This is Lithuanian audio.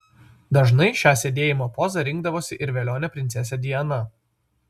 dažnai šią sėdėjimo pozą rinkdavosi ir velionė princesė diana